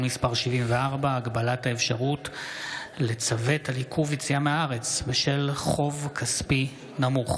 מס' 74) (הגבלת האפשרות לצוות על עיכוב יציאה מהארץ בשל חוב כספי נמוך),